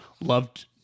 loved